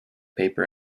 paper